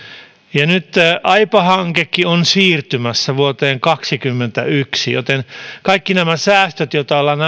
nyt aipa hankekin on siirtymässä vuoteen kaksikymmentäyksi kaikki nämä säästöt joita ollaan